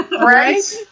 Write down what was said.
Right